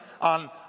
on